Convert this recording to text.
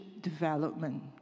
development